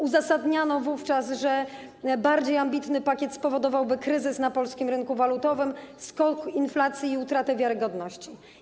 Uzasadniano wówczas, że bardziej ambitny pakiet spowodowałby kryzys na polskim rynku walutowym, skok inflacji i utratę wiarygodności.